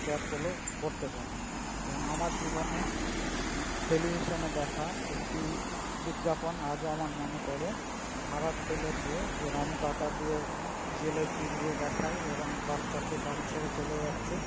প্রচারগুলো করতে পারি এবং আমার জীবনে টেলিভিশনে দেখা একটি বিজ্ঞাপন আজও আমার মনে পড়ে ধারার তেলের ইয়ে যে রামুকাকা দিয়ে জিলিপি দিয়ে দেখায় এবং বাচ্চা সে বাড়ি ছেড়ে চলে যাচ্ছে